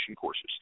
courses